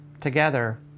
Together